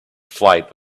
flight